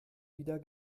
wieder